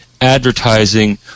advertising